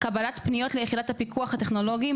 קבלת פניות ליחידת הפיקוח הטכנולוגי,